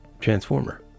transformer